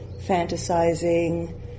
fantasizing